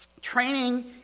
training